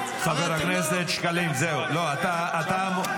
--- חבר כנסת שקלים, לא, זהו.